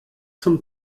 zum